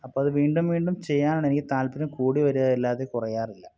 അപ്പോഴതു വീണ്ടും വീണ്ടും ചെയ്യാനാണെനിക്കു താല്പര്യം കൂടി വരിക അല്ലാതെ കുറയാറില്ല